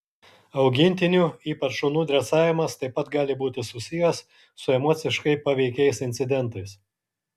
augintinių ypač šunų dresavimas taip pat gali būti susijęs su emociškai paveikiais incidentais